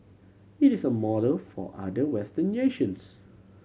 it is a model for other Western nations